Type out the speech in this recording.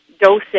dosing